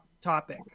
topic